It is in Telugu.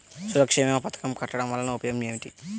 సురక్ష భీమా పథకం కట్టడం వలన ఉపయోగం ఏమిటి?